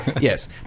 yes